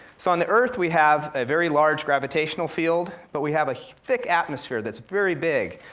so on the earth, we have a very large gravitational field, but we have a thick atmosphere that's very big,